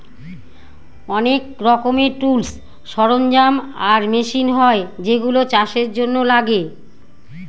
অনেক রকমের টুলস, সরঞ্জাম আর মেশিন হয় যেগুলা চাষের জন্য লাগে